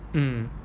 mm